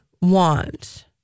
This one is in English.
want